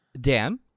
Dan